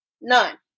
none